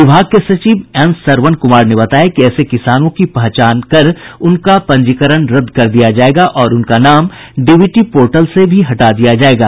विभाग के सचिव डॉक्टर एन सरवन कुमार ने बताया कि ऐसे किसानों की पहचान कर उनका पंजीकरण रद्द कर दिया जायेगा और उनका नाम डीबीटी पोर्टल से भी हटा दिया जायेगा